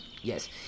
Yes